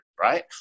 right